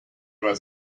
was